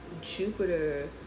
Jupiter